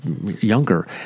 younger